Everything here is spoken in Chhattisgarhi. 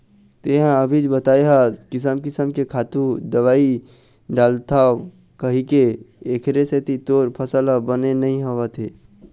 तेंहा अभीच बताए हस किसम किसम के खातू, दवई डालथव कहिके, एखरे सेती तोर फसल ह बने नइ होवत हे